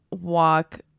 walk